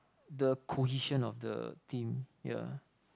the cohesion of the team yeah